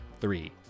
three